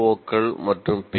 ஓக்கள் மற்றும் பி